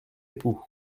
époux